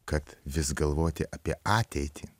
kad vis galvoti apie ateitį